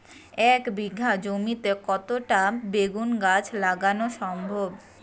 এক বিঘা জমিতে কয়টা বেগুন গাছ লাগানো সম্ভব?